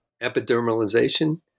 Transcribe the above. epidermalization